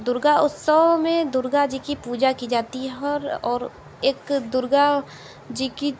दुर्गा उत्सव में दुर्गा जी की पूजा की जाती है और एक दुर्गा जी की